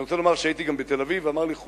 אני רוצה לומר שהייתי גם בתל-אביב ואמר לי חולדאי: